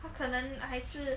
他可能还是